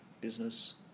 business